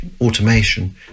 automation